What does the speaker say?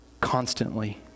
constantly